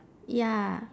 ya